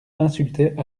insultait